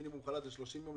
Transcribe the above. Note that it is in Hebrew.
מינימום חל"ת זה 30 ימים.